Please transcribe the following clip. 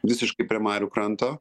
visiškai prie marių kranto